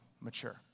mature